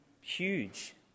huge